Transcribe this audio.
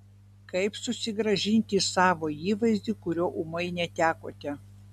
kaip susigrąžinti savo įvaizdį kurio ūmai netekote